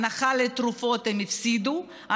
הנחה בתרופות הם הפסידו,